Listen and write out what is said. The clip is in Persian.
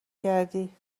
کردی